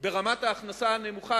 ברמת ההכנסה הנמוכה,